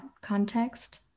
context